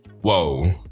whoa